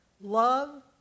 Love